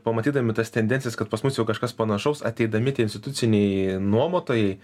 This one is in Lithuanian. pamatydami tas tendencijas kad pas mus jau kažkas panašaus ateidami tie instituciniai nuomotojai